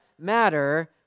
matter